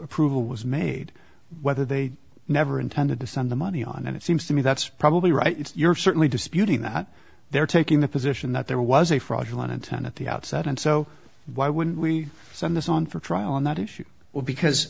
approval was made whether they never intended to send the money on and it seems to me that's probably right you're certainly disputing that they're taking the position that there was a fraudulent and ten at the outset and so why wouldn't we send this on for trial on that issue because